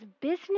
business